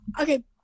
Okay